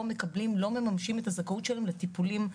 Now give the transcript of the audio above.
מקבלים ולא ממשמשים את הזכאות שלהם לטיפולים.